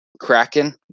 Kraken